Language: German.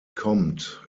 kommt